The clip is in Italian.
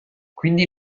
quindi